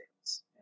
sales